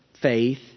faith